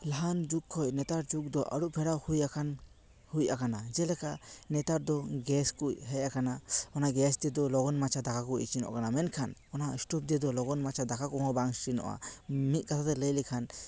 ᱞᱟᱦᱟᱱ ᱡᱩᱜᱽ ᱠᱷᱚᱱ ᱱᱮᱛᱟᱨ ᱡᱩᱜᱽ ᱫᱚ ᱟᱹᱨᱩ ᱯᱷᱮᱨᱟᱣ ᱦᱮᱡ ᱟᱠᱟᱱ ᱦᱩᱭ ᱟᱠᱟᱱᱟ ᱡᱮᱞᱮᱠᱟ ᱱᱮᱛᱟᱨ ᱫᱚ ᱜᱮᱥ ᱠᱚ ᱦᱮᱡ ᱟᱠᱟᱱᱟ ᱚᱱᱟ ᱜᱮᱥ ᱛᱮᱫᱚ ᱞᱚᱜᱚᱱ ᱢᱟᱪᱷᱟ ᱫᱟᱠᱟ ᱠᱚ ᱤᱥᱤᱱᱚᱜ ᱠᱟᱱᱟ ᱢᱮᱱᱠᱷᱟᱱ ᱚᱱᱟ ᱥᱴᱳᱯ ᱫᱤᱭᱮᱫᱚ ᱞᱚᱜᱚᱱ ᱢᱟᱪᱷᱟ ᱫᱟᱠᱟ ᱠᱚᱦᱚ ᱵᱟᱝ ᱤᱥᱤᱱᱚᱜᱼᱟ ᱢᱤᱫ ᱠᱟᱛᱷᱟᱛᱮ ᱞᱟᱹᱭ ᱞᱮᱠᱷᱟᱱ